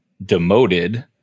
demoted